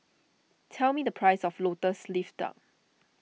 tell me the price of Lotus Leaf Duck